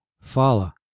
Fala